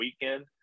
weekend